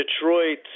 Detroit